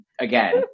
again